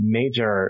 major